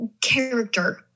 character